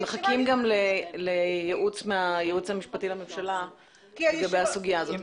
אנחנו מחכים לייעוץ מהייעוץ המשפטי לממשלה בסוגיה הזאת.